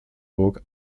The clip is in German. burg